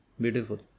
beautiful